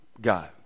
God